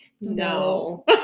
No